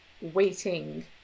waiting